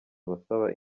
abasaba